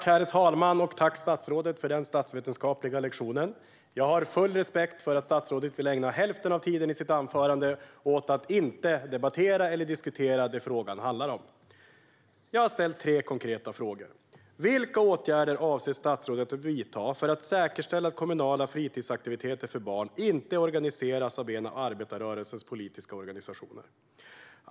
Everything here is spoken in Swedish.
Herr talman! Jag tackar statsrådet för denna statsvetenskapliga lektion. Jag har full respekt för att statsrådet vill ägna hälften av sitt anförande åt att inte debattera eller diskutera det som frågan handlar om. Jag har ställt tre konkreta frågor. Vilka åtgärder avser statsrådet att vidta för att säkerställa att kommunala fritidsaktiviteter för barn inte organiseras av en av arbetarrörelsens politiska organisationer?